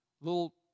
Little